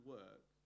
work